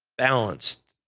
balanced,